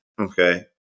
Okay